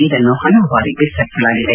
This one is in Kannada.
ಇದನ್ನು ಹಲವು ಬಾರಿ ವಿಸ್ತರಿಸಲಾಗಿದೆ